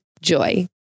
Joy